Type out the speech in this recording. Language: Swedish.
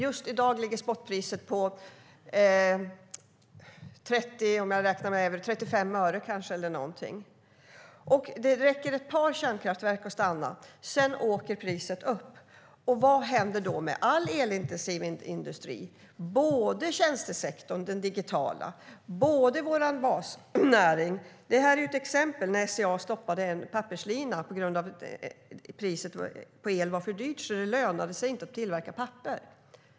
Just i dag ligger spotpriset på 30-35 öre kanske. Det räcker med att ett par kärnkraftverk ska stanna för att priset ska åka upp. Vad händer då med all elintensiv industri, både den digitala tjänstesektorn och basnäringen? Detta är ett exempel. SCA stoppade en papperslina på grund av att priset på el var för högt, så det lönade sig inte att tillverka papper.